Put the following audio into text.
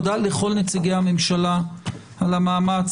תודה לכל נציגי הממשלה על המאמץ,